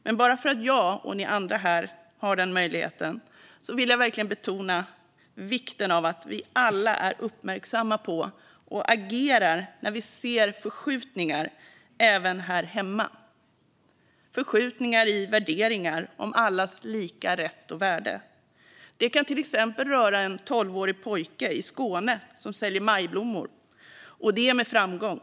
Men bara för att jag och ni andra här har denna möjlighet vill jag verkligen betona vikten av att vi alla är uppmärksamma på och agerar när vi ser förskjutningar även här hemma - förskjutningar i värderingar gällande allas lika rätt och värde. Det kan till exempel röra en tolvårig pojke i Skåne som säljer majblommor, och det med framgång.